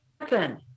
happen